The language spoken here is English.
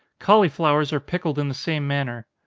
cauliflowers are pickled in the same manner.